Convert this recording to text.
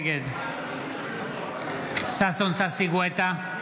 נגד ששון ששי גואטה,